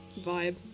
vibe